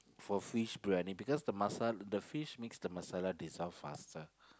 for fish briyani because the masa~ the fish makes the masala dissolve faster